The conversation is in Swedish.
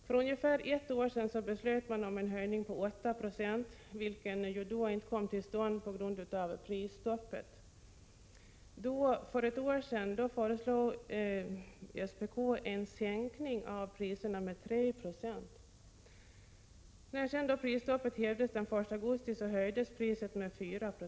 För ungefär ett år sedan beslöt man om en höjning med 8 976, vilken ju inte kom till stånd på grund av prisstoppet. Då, alltså för ett år sedan, föreslog SPK en sänkning av priserna med 3 90. När prisstoppet sedan hävdes den 1 augusti, höjdes priset med 4 90.